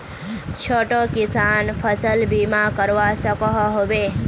छोटो किसान फसल बीमा करवा सकोहो होबे?